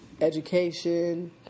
education